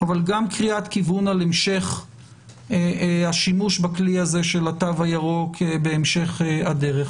אבל גם קריאת כיוון על המשך השימוש בכלי הזה של התו הירוק בהמשך הדרך.